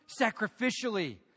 sacrificially